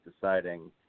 deciding